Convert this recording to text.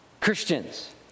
Christians